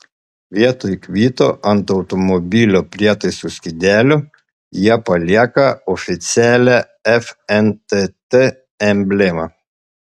vietoj kvito ant automobilio prietaisų skydelio jie palieka oficialią fntt emblemą